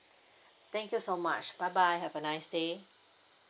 thank you so much bye bye have a nice day